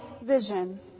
vision